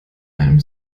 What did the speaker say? einem